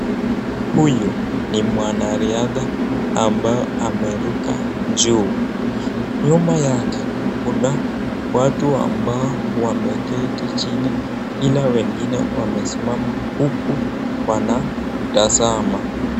Huyu ni mwanariadha ambaye ameruka juu nyuma yake kuna watu ambao wameketi chini ila wengine wamesimama huku wanatazama.